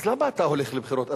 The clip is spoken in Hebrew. אז למה אתה הולך לבחירות,